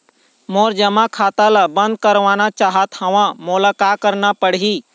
मोर जमा खाता ला बंद करवाना चाहत हव मोला का करना पड़ही?